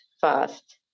fast